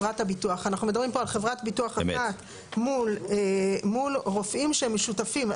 אנחנו מדברים פה על חברת ביטוח אחת מול רופאים שהם משותפים.